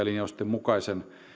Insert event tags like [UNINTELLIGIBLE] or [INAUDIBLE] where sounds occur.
[UNINTELLIGIBLE] linjausten mukaisen